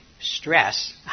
stress